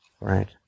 Right